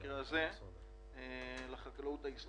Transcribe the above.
שכרגע, עכשיו, אין תפוקות, אין תוצרים.